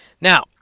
Now